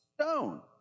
stone